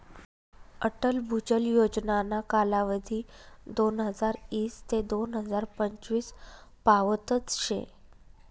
अटल भुजल योजनाना कालावधी दोनहजार ईस ते दोन हजार पंचवीस पावतच शे